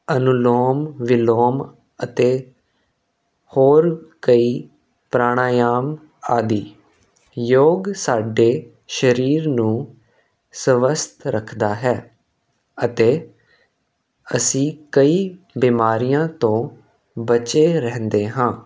ਅਨੁਲੋਮ ਵਿਲੋਮ ਅਤੇ ਹੋਰ ਕਈ ਪ੍ਰਾਣਾਯਾਮ ਆਦਿ ਯੋਗ ਸਾਡੇ ਸਰੀਰ ਨੂੰ ਸਵਸਥ ਰੱਖਦਾ ਹੈ ਅਤੇ ਅਸੀਂ ਕਈ ਬਿਮਾਰੀਆਂ ਤੋਂ ਬਚੇ ਰਹਿੰਦੇ ਹਾਂ